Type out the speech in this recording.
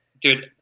Dude